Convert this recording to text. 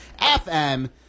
fm